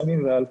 סמים ואלכוהול.